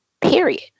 period